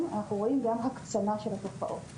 אנחנו רואים גם הקצנה של התופעות.